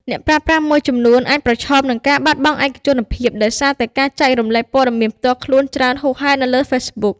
អ្នកប្រើប្រាស់មួយចំនួនអាចប្រឈមនឹង ការបាត់បង់ឯកជនភាព ដោយសារតែការចែករំលែកព័ត៌មានផ្ទាល់ខ្លួនច្រើនហួសហេតុនៅលើ Facebook។